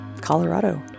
Colorado